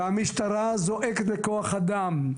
והמשטרה זועקת לכוח אדם.